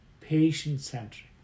patient-centric